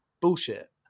bullshit